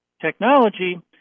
technology